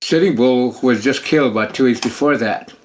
sitting bull, who was just killed about two weeks before that,